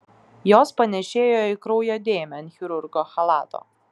jos panėšėjo į kraujo dėmę ant chirurgo chalato